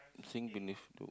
sing beneath the